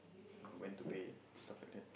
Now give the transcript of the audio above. when to pay and stuff like that